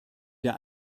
der